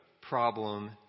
problem